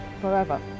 forever